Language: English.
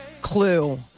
clue